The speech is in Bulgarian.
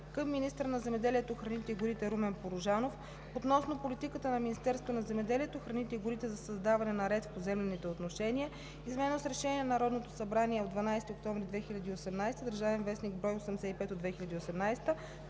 към министъра на земеделието, храните и горите Румен Порожанов относно политиката на Министерството на земеделието, храните и горите за създаване на ред в поземлените отношения (ДВ, бр. 77 от 2017 г.), изменено с Решение на Народното събрание от 12 октомври 2018 г. (ДВ, бр. 85 от 2018